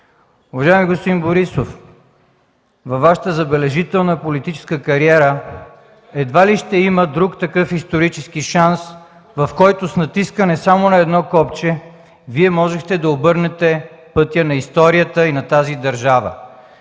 Уважаеми господин Борисов, във Вашата забележителна политическа кариера едва ли ще има друг такъв исторически шанс, при който с натискане само на едно копче Вие можехте да обърнете пътя на историята на тази държава.